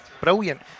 brilliant